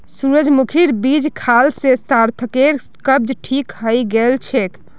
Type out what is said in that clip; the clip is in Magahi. सूरजमुखीर बीज खाल से सार्थकेर कब्ज ठीक हइ गेल छेक